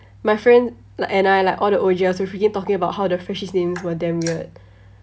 my friend like anna like all the O_G_Ls were freaking talking about how the freshies' names were damn weird